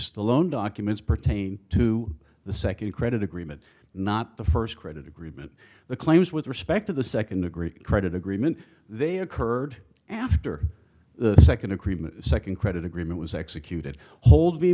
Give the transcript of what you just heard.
the loan documents pertain to the second credit agreement not the first credit agreement the claims with respect to the second degree credit agreement they occurred after the second agreement second credit agreement was executed hold